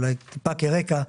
אולי טיפה כרקע,